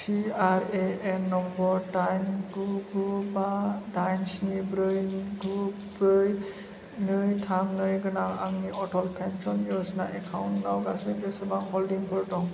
P R A N number दाइन गु गु बा दाइन सिनि ब्रै गु ब्रै नै थाम नै गोनां आंनि अटल पेन्सन य'जना एकाउन्ट आव गासै बेसेबां हल्डिंफोर दं